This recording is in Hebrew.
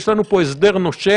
יש לנו פה הסדר נושם,